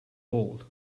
pole